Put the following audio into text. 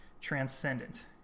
Transcendent